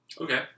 Okay